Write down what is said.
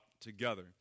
together